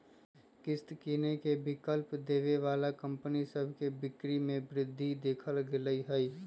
किस्त किनेके विकल्प देबऐ बला कंपनि सभ के बिक्री में वृद्धि देखल गेल हइ